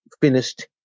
finished